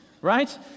right